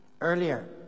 earlier